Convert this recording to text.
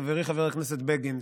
חברי חבר הכנסת בגין,